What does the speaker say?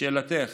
לשאלתך